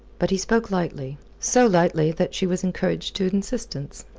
but he spoke lightly. so lightly that she was encouraged to insistence.